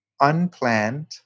unplanned